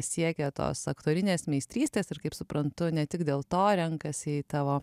siekia tos aktorinės meistrystės ir kaip suprantu ne tik dėl to renkasi į tavo